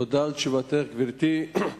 תודה על תשובתך, גברתי.